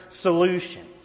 solution